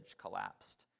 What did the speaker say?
collapsed